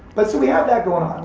but so we have that going on.